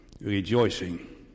rejoicing